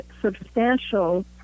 substantial